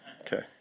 Okay